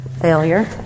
Failure